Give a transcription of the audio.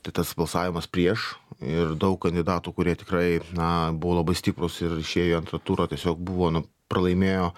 tai tas balsavimas prieš ir daug kandidatų kurie tikrai na buvo labai stiprūs ir išėjo į antrą turą tiesiog buvo nu pralaimėjo